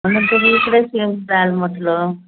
म्हणून तरी इकडेच येऊन जाल म्हटलं